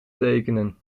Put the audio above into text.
tekenen